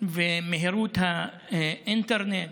ומהירות אינטרנט